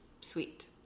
sweet